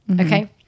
Okay